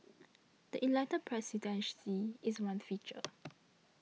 the elected presidency is one feature